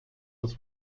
das